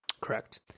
Correct